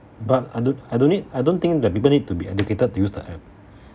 but I don't I don't need I don't think that people need to be educated to use the app